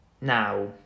Now